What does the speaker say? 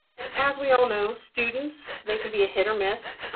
and as we all know, students they can be a hit or miss.